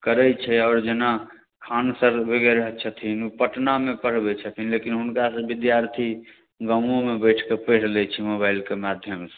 करै छै आब जेना खान सर वगैरह छथिन पटनामे पढ़बै छथिन लेकिन हुनकासँ विद्यार्थी गामोमे बैठिके पढ़ि लै छै मोबाइलके माध्यमसँ